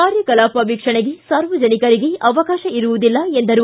ಕಾರ್ಯಕಲಾಪ ವೀಕ್ಷಣೆಗೆ ಸಾರ್ವಜನಿಕರಿಗೆ ಅವಕಾಶ ಇರುವುದಿಲ್ಲ ಎಂದರು